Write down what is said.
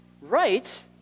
right